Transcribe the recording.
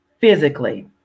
physically